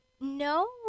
No